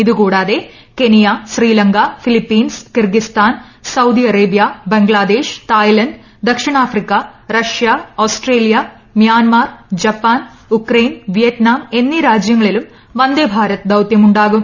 ഇതു കൂടാതെ Kenya Sri Lanka Philippines Kyrgyzstan Saudi Arabia Bangladesh Thailand ദക്ഷിണാഫ്രിക്ക Russia Australia Myanmar Japan Ukraine Vietnam എന്നീ രാജ്യങ്ങളിലും വന്ദേ ഭാരത് ദൌതൃമുണ്ടാകും